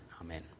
Amen